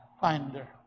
finder